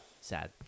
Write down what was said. sad